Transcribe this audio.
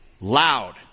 loud